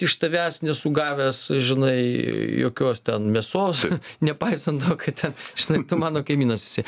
iš tavęs nesu gavęs žinai jokios ten mėsos nepaisant kad ten žinai tu mano kaimynas esi